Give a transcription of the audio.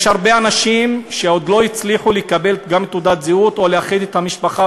יש הרבה אנשים שעוד לא הצליחו לקבל תעודת זהות או לאחד את המשפחה,